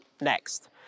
next